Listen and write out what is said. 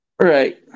Right